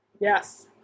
Yes